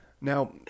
Now